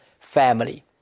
family